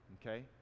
okay